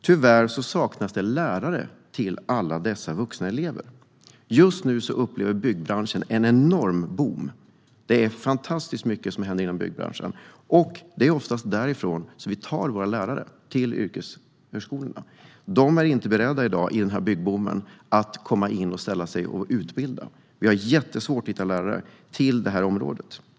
Tyvärr saknas det lärare till alla dessa vuxna elever. Just nu upplever byggbranschen en enorm boom. Det händer fantastiskt mycket inom byggbranschen, och det är oftast därifrån vi tar våra lärare till yrkeshögskolorna. Men de är inte beredda i dag, i den här byggboomen, att komma in för att ställa sig och utbilda. Vi har jättesvårt att hitta lärare till det här området. Herr talman!